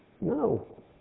No